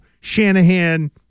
Shanahan